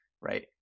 right